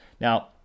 Now